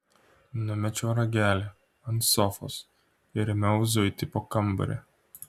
numečiau ragelį ant sofos ir ėmiau zuiti po kambarį